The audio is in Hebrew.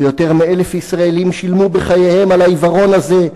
ויותר מ-1,000 ישראלים שילמו בחייהם על העיוורון הזה,